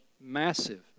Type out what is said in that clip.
massive